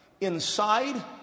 inside